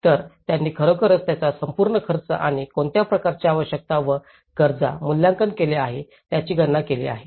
तर त्यांनी खरोखरच त्याचा संपूर्ण खर्च आणि कोणत्या प्रकारची आवश्यकता व गरजा मूल्यांकन केले आहे याची गणना केली आहे